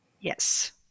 Yes